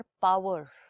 power